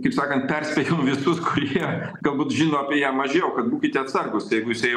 kaip sakant perspėjam visus kurie galbūt žino apie ją mažiau kad būkite atsargūs jeigu jūs jai